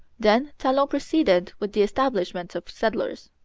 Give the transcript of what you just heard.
then talon proceeded with the establishment of settlers.